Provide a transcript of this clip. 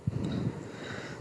fluent ah இருக்கணும்:irukkanum